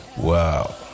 Wow